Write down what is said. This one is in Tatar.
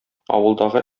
авылдагы